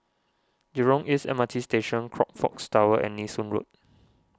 Jurong East M R T Station Crockfords Tower and Nee Soon Road